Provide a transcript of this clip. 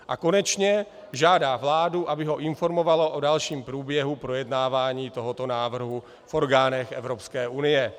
a konečně žádá vládu, aby ho informovala o dalším průběhu projednávání tohoto návrhu v orgánech Evropské unie.